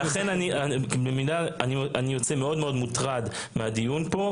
אני יוצא מאוד מאוד מוטרד מהדיון פה,